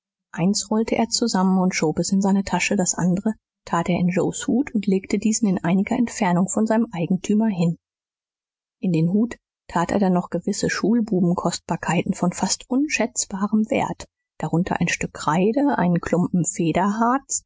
eins rollte er zusammen und schob es in seine tasche das andere tat er in joes hut und legte diesen in einiger entfernung von seinem eigentümer hin in den hut tat er dann noch gewisse schulbuben kostbarkeiten von fast unschätzbarem wert darunter ein stück kreide einen klumpen